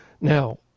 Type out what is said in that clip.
Now